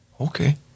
Okay